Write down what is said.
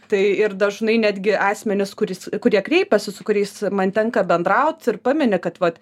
tai ir dažnai netgi asmenis kuris kurie kreipiasi su kuriais man tenka bendraut ir pamini kad vat